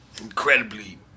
incredibly